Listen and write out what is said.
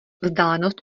vzdálenost